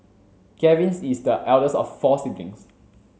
Gavin is the eldest of four siblings